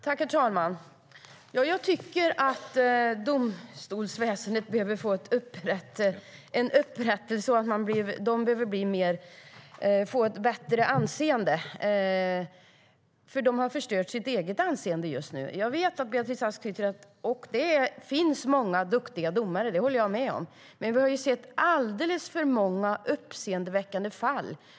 Herr talman! Domstolsväsendet behöver få upprättelse och bättre anseende. Det har förstört sitt eget anseende. Jag håller med om att det finns många duktiga domare, men vi har sett alldeles för många uppseendeväckande fall.